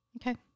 Okay